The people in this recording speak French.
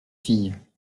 filles